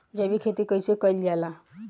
जैविक खेती कईसे कईल जाला?